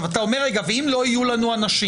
אתה אומר ואם לא יהיו לנו אנשים?